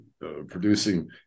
producing